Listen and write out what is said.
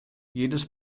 jedes